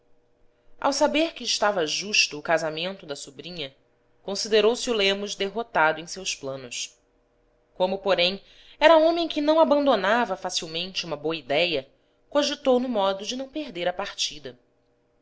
ao saber que estava justo o casamento da sobrinha considerou-se o lemos derrotado em seus planos como porém era homem que não abandonava facilmente uma boa idéia cogitou no modo de não perder a partida